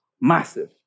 Massive